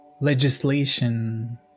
legislation